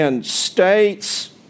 states